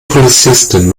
polizistin